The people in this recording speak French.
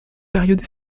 période